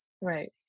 Right